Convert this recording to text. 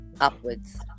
upwards